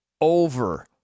over